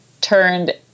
turned